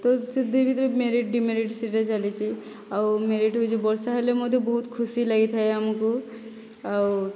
ତ ସେଇ ଦୁଇ ଭିତରେ ମେରିଟ୍ ଡିମେରିଟ୍ ସେ'ଟା ଚାଲିଚି ଆଉ ମେରିଟ୍ ହେଉଛି ବର୍ଷା ହେଲେ ମଧ୍ୟ ବହୁତ ଖୁସି ଲାଗିଥାଏ ଆମକୁ ଆଉ